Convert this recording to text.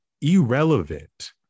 irrelevant